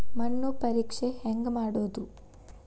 ಮಣ್ಣು ಪರೇಕ್ಷೆ ಹೆಂಗ್ ಮಾಡೋದು?